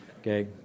Okay